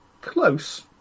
Close